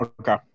Okay